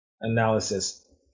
analysis